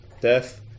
death